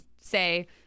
say